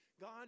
God